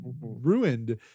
ruined